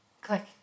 click